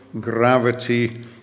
gravity